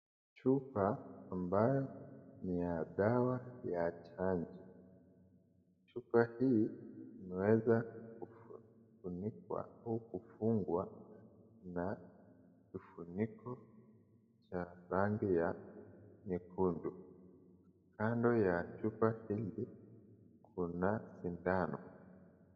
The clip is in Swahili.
Chupa ambayo ni ya dawa ya chanjo. Chupa hii imeweza kufunikwa kufungwa na kifuniko ya rangi ya nyekundu. Kando ya chupa hili kuna sindano.